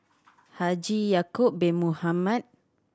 Haji Ya'acob Bin Mohamed